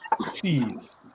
Jeez